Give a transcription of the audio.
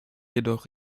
jedoch